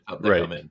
Right